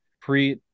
Pre